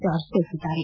George ತಿಳಿಸಿದ್ದಾರೆ